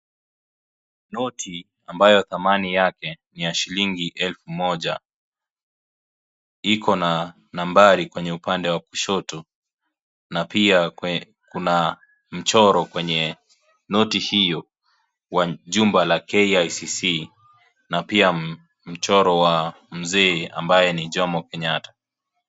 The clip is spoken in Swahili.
Noti ambayo thamana yake ni ya shilingi 1000 iko na nambari kwenye upande wa kushoto na pia kuna mchoro kwenye noti hiyo, wa chumba la KICC na pia mchoro wa mzee ambaye ni Jomo Kenyatta.